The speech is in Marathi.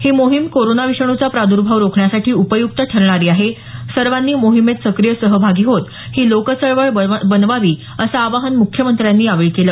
ही मोहीम कोरोना विषाणूचा प्रादर्भाव रोखण्यासाठी उपयुक्त ठरणारी आहे सर्वांनी मोहिमेत सक्रिय सहभागी होत ही लोकचळवळ बनवावी असं आवाहन मुख्यमंत्र्यांनी यावेळी केलं